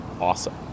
awesome